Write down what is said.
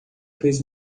fez